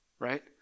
right